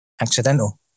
Accidental